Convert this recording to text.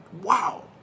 Wow